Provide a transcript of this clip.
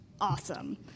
awesome